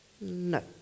No